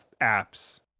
apps